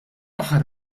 aħħar